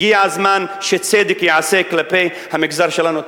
הגיע הזמן שצדק ייעשה כלפי המגזר שלנו.